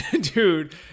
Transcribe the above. dude